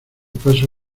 paso